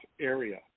area